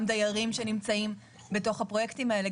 דיירים שנמצאים בתוך הפרויקטים האלה,